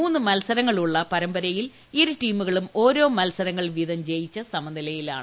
മൂന്നു മത്സരങ്ങളുള്ള പരമ്പരയിൽ ഇരു ടീമുകളും ഓരോ മത്സരങ്ങൾ വീതം ജയിച്ച് സമനിലയിലാണ്